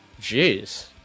Jeez